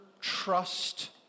trust